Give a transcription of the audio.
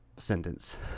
Sentence